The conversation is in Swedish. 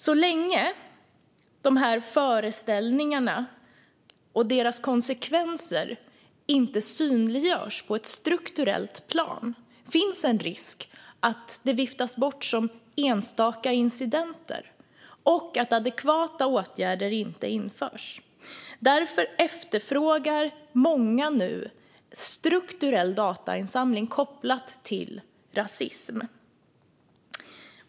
Så länge dessa föreställningar och deras konsekvenser inte synliggörs på ett strukturellt plan finns en risk att det hela viftas bort som enstaka incidenter och att adekvata åtgärder inte införs. Därför efterfrågar många nu strukturell datainsamling kopplad till rasism.